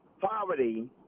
Poverty